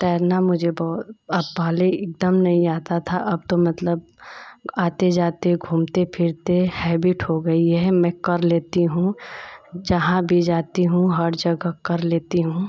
तैरना मुझे बहुत पहले एकदम नहीं आता था अब तो मतलब आते जाते घूमते फिरते हैबिट हो गई है मैं कर लेती हूँ जहाँ भी जाती हूँ हर जगह कर लेती हूँ